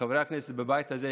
חברי הכנסת בבית הזה,